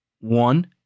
one